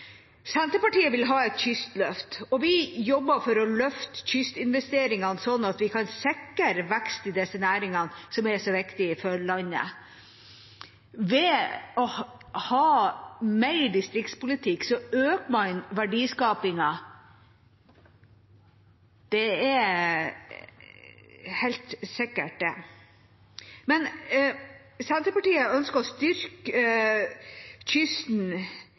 Senterpartiet vil ha et kystløft, og vi jobber for å løfte kystinvesteringene, slik at vi kan sikre vekst i disse næringene som er så viktige for landet. Ved å ha mer distriktspolitikk øker man verdiskapingen. Det er helt sikkert. Senterpartiet ønsker å styrke kysten.